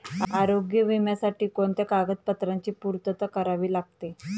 आरोग्य विम्यासाठी कोणत्या कागदपत्रांची पूर्तता करावी लागते?